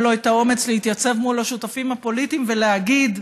אין לו את האומץ להתייצב מול השותפים הפוליטיים ולהגיד: